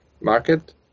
market